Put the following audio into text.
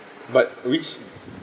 but which